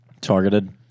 Targeted